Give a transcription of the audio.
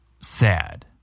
sad